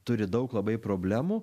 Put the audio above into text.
turi daug labai problemų